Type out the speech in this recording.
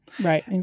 Right